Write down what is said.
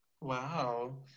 Wow